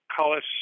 college